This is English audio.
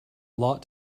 lot